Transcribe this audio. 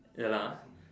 ya lah